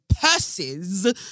purses